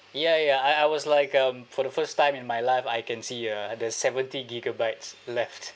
ya ya I I was like um for the first time in my life I can see uh there's seventy gigabytes left